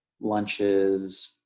lunches